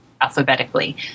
alphabetically